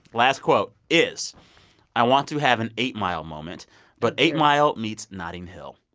last quote is i want to have an eight mile moment but eight mile meets notting hill.